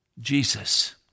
Jesus